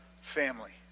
family